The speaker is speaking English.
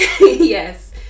Yes